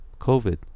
covid